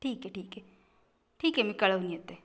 ठीक आहे ठीक आहे ठीक आहे मी कळवून येते